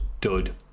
dud